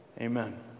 Amen